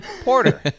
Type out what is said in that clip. Porter